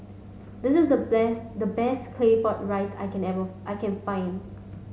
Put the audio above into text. this is the best the best Claypot Rice I can able I can find